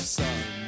sun